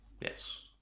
Yes